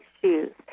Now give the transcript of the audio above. shoes